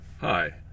Hi